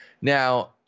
now